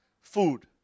food